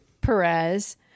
Perez